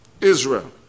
Israel